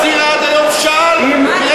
מפלגת העבודה לא החזירה עד היום שעל מארץ-ישראל,